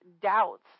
doubts